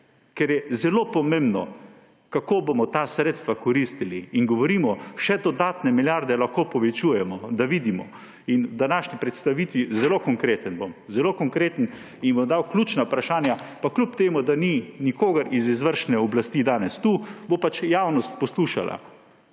ker je zelo pomembno, kako bomo ta sredstva koristili. In govorimo, še dodatne milijarde lahko povečujemo, da vidimo. V današnji predstavitvi bom zelo konkreten in bom dal ključna vprašanja, pa kljub temu da ni nikogar iz izvršilne veje oblasti danes tu, bo pač javnost poslušala.